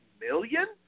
million